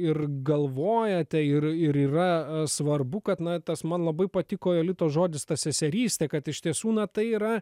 ir galvojate ir ir yra svarbu kad na tas man labai patiko jolitos žodis ta seserystė kad iš tiesų na tai yra